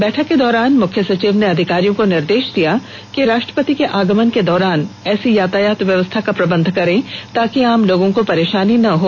बैठक के दौरान मुख्य सचिव ने अधिकारियों को निर्देष दिया कि राष्ट्रपति के आगमन के दौरान ऐसी यातायात व्यवस्था का प्रबंध करें ताकि आम लोगों को परेषानी न हो